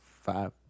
five